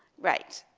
right.